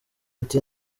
ati